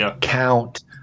count